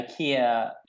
Ikea